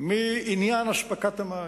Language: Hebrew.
מעניין אספקת המים.